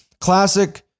classic